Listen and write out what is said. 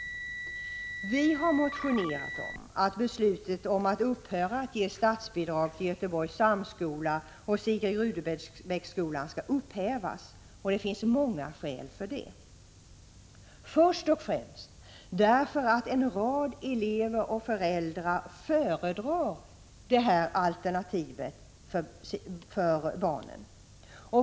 Vi har motionerat om att beslutet att upphöra att ge statsbidrag till Göteborgs Samskola och Sigrid Rudebecksskolan skall upphävas. Det finns många skäl för detta. För det första föredrar en rad elever och föräldrar detta alternativ för barnen.